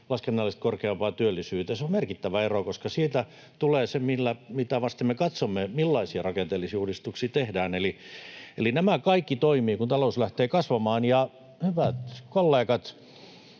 laskennallisesti korkeampaan työllisyyteen. Se on merkittävä ero, koska siitä tulee se, mitä vasten me katsomme, millaisia rakenteellisia uudistuksia tehdään. Eli nämä kaikki toimivat, kun talous lähtee kasvamaan. Ja, hyvät kollegat,